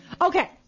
Okay